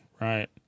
right